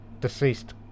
deceased